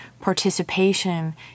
participation